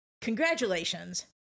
congratulations